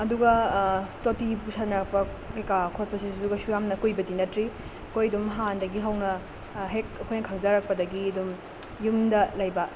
ꯑꯗꯨꯒ ꯇꯣꯇꯤ ꯄꯨꯁꯤꯟꯅꯔꯛꯄ ꯀꯩꯀꯥ ꯈꯣꯠꯄꯁꯤꯁꯨ ꯀꯩꯁꯨ ꯌꯥꯝꯅ ꯀꯨꯏꯕꯗꯤ ꯅꯠꯇ꯭ꯔꯤ ꯑꯩꯈꯣꯏ ꯑꯗꯨꯝ ꯍꯥꯟꯅꯗꯒꯤ ꯍꯧꯅ ꯍꯦꯛ ꯑꯩꯈꯣꯏꯅ ꯈꯪꯖꯔꯛꯄꯗꯒꯤ ꯑꯗꯨꯝ ꯌꯨꯝꯗ ꯂꯩꯕ